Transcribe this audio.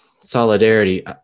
Solidarity